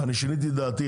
שיניתי את דעתי.